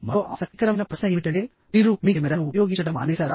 మరో ఆసక్తికరమైన ప్రశ్న ఏమిటంటే మీరు మీ కెమెరాను ఉపయోగించడం మానేశారా